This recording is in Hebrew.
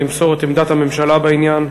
למסור את עמדת הממשלה בעניין,